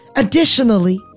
Additionally